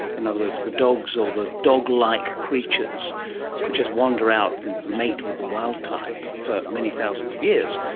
in other words, the dogs or the dog-like creatures could just wander out and mate with the wild type for many thousands of years.